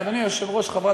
אדוני היושב-ראש,